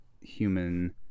human